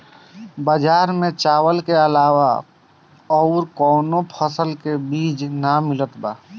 बजार में चावल के अलावा अउर कौनो फसल के बीज ना मिलत बा